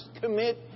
commit